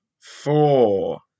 four